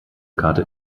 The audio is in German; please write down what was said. karte